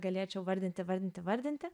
galėčiau vardinti vardinti vardinti